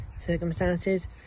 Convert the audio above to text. circumstances